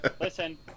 Listen